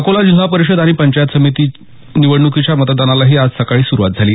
अकोला जिल्हा परिषद आणि पंचायत समिती निवडणुकीच्या मतदानालाही आज सकाळी सुरूवात झाली